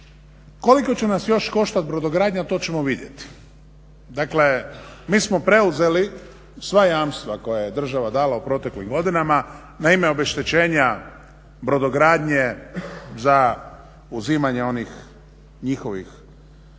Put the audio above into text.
koliko će nas još koštati brodogradnja, to ćemo vidjeti. Dakle mi smo preuzeli sva jamstva koje je država dala u proteklim godinama na ime obeštećenja brodogradnje za uzimanje onih njihovih